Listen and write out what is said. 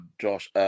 Josh